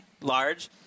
large